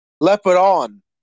leopard-on